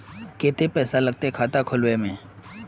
केते पैसा लगते खाता खुलबे में?